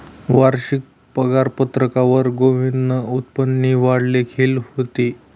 वारशिक पगारपत्रकवर गोविंदनं उत्पन्ननी वाढ लिखेल व्हती